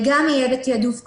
גם יהיה בתעדוף גבוה.